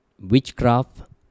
witchcraft